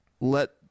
let